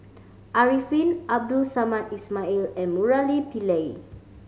Arifin Abdul Samad Ismail and Murali Pillai